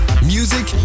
Music